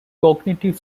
cognitive